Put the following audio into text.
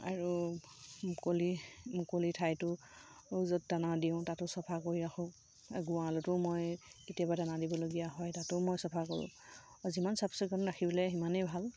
আৰু মুকলি মুকলি ঠাইটো য'ত দানা দিওঁ তাতো চফা কৰি ৰাখোঁ গঁৰালতো মই কেতিয়াবা দানা দিবলগীয়া হয় তাতো মই চাফা কৰোঁ যিমান চাফ চিকুণ ৰাখিলে সিমানেই ভাল